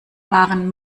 waren